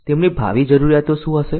તેમની ભાવિ જરૂરિયાતો શું હશે